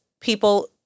people